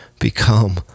become